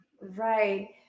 Right